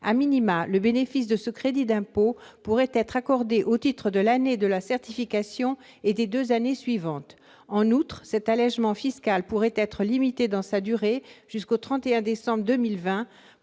maritime., le bénéfice de ce crédit d'impôt pourrait être accordé au titre de l'année de la certification et des deux années suivantes. En outre, cet allégement fiscal pourrait être limité dans sa durée, jusqu'au 31 décembre 2020.